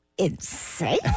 Insane